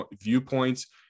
viewpoints